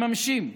מממשים.